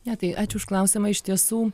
ne tai ačiū už klausimą iš tiesų